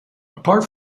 apart